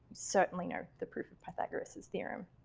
certainly know the proof of pythagoras theorem.